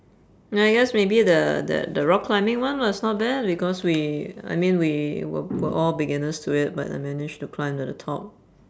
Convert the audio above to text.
I guess maybe the the the rock climbing one was not bad because we I mean we were we~ were all beginners to it but I managed to climb to the top